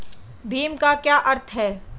भीम का क्या अर्थ है?